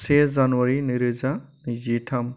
से जानुवारि नैरोजा नैजिथाम